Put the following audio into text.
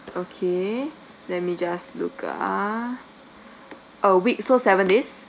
okay let me just look ah a week so seven days